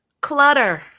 clutter